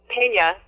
Pena